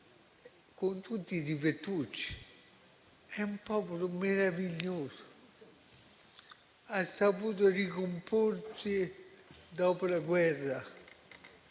con tutti i difettucci, è meraviglioso. Ha saputo ricomporsi dopo la guerra.